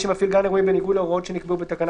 שמפעיל גן אירועים בניגוד להוראות שנקבעו בתקנה